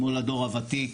כמו לדור הוותיק.